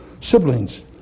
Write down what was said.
siblings